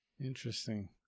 Interesting